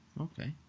okay